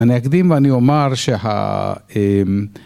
אני אקדים ואני אומר שה...